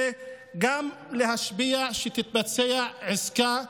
כדי להשפיע שתתבצע עסקה.